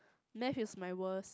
maths is my worst